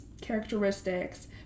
characteristics